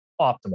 optimal